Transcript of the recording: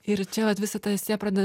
ir čia vat visa ta esė pradeda